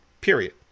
period